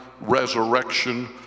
resurrection